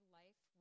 life